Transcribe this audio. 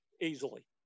easily